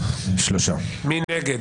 מי נגד?